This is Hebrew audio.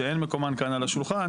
שאין מקומן כאן על השולחן.